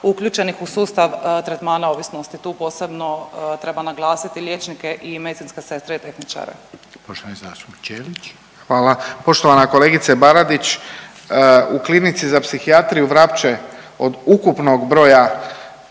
uključenih u sustav tretmana ovisnosti, tu posebno treba naglasiti liječnike i medicinske sestre i tehničare. **Reiner, Željko (HDZ)** Poštovani zastupnik Ćelić. **Ćelić, Ivan (HDZ)** Hvala. Poštovana kolegice Baradić, u Klinici za psihijatriju Vrapče od ukupnog broja